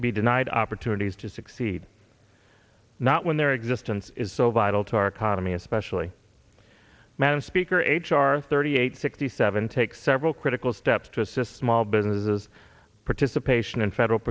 be denied opportunities to succeed not when their existence is so vital to our economy especially madam speaker h r thirty eight sixty seven take several critical steps to assist small businesses participation in federal